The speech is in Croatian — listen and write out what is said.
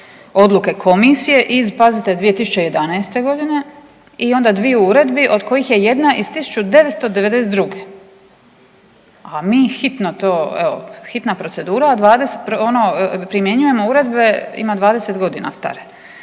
odluke Komisije iz pazite 2011.g. i onda dviju uredbi od kojih je jedna iz 1992., a mi hitno to evo, hitna procedura, a primjenjujemo uredbe ima 20 godina stare.